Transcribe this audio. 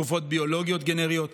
תרופות ביולוגיות גנריות.